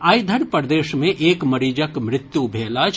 आइ धरि प्रदेश मे एक मरीजक मृत्यु भेल अछि